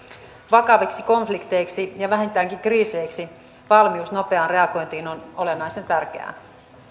vakaviksi konflikteiksi ja vähintäänkin kriiseiksi valmius nopeaan reagointiin on olennaisen tärkeää